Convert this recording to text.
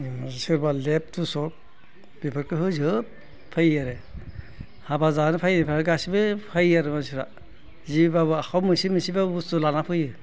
ओरैनो सोरबा लेप थसक बेफोरखौ होजोबखायो आरो हाबा जानो फैनायफोरा गासैबो फैयो आरो मानसिफ्रा जिबाबो आखाइयाव मोनसे मोनसेबाबो बुस्थु लाना फैयो